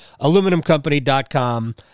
AluminumCompany.com